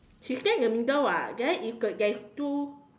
she stand in the middle [what] then if the there is two